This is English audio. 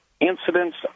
incidents